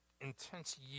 intense